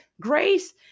Grace